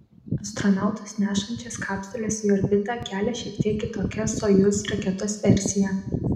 astronautus nešančias kapsules į orbitą kelia šiek tiek kitokia sojuz raketos versija